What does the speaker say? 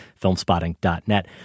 Filmspotting.net